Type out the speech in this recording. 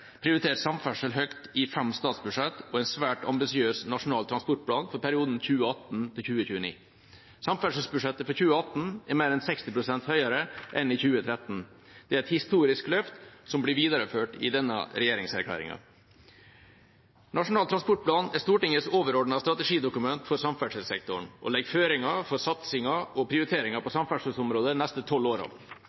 prioritert samferdsel høyt i fem statsbudsjett og i en svært ambisiøs Nasjonal transportplan for perioden 2018–2029. Samferdselsbudsjettet for 2018 er mer enn 60 pst. høyere enn i 2013. Det er et historisk løft som blir videreført i denne regjeringserklæringen. Nasjonal transportplan er Stortingets overordnede strategidokument for samferdselssektoren og legger føringer for satsinger og prioriteringer på samferdselsområdet de neste tolv